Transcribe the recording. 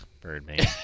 Birdman